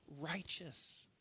righteous